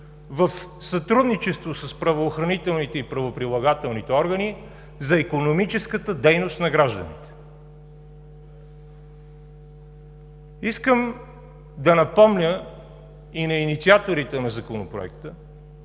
в сътрудничество с правоохранителните и правоприлагателните органи за икономическата дейност на гражданите. Искам да напомня и на инициаторите на Законопроекта,